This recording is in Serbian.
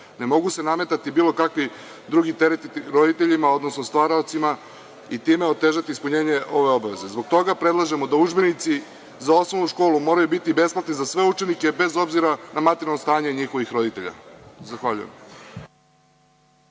Ne mogu se nametati bilo kakvi drugi tereti roditeljima, odnosno stvaraocima i time otežati ispunjenje ove obaveze. Zbog toga predlažemo da udžbenici za osnovnu školu moraju biti besplatni za sve učenike bez obzira na materijalno stanje njihovih roditelja. Zahvaljujem.